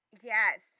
Yes